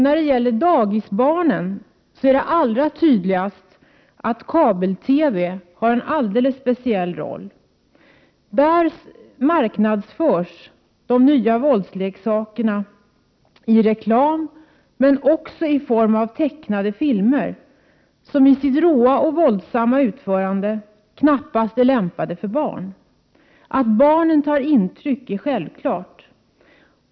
När det gäller dagisbarnen så är det allra tydligast att kabel-TV har en alldeles speciell roll. Där marknadsförs de nya våldsleksakerna i reklam, men också i form av tecknade filmer, som i sitt råa och våldsamma utförande knappast är lämpade för barn. Att barnen tar intryck är självklart.